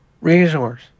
resource